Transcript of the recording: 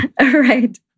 Right